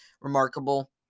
remarkable